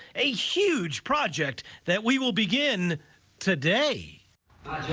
a huge project that we will begin today.